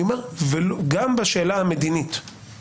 הוא אמר לנו: בשום פנים ואופן לא,